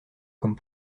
comme